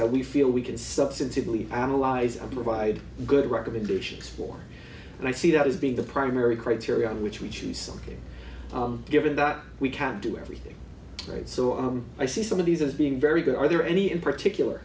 that we feel we can substantively analyze of provide good recommendations for and i see that as being the primary criteria on which we choose so given that we can't do everything right so am i see some of these as being very good are there any in particular